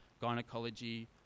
gynecology